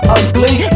ugly